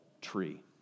tree